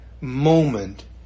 moment